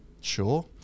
sure